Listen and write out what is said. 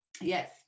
yes